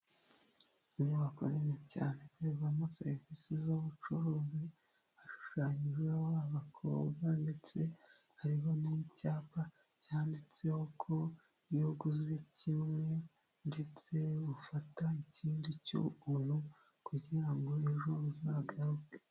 Inyubako nziza cyane iberamo serivisi z'ubucuruzi hashushanyije bakobwa ndetse hariho n'icyapa cyanditseho ko iyo uguze kimwe ndetse ufata n'ikindi cy'ubuntu kugira ngo ejo uzagake